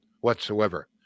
whatsoever